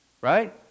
Right